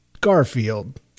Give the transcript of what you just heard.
Garfield